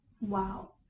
Wow